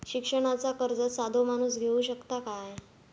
शिक्षणाचा कर्ज साधो माणूस घेऊ शकता काय?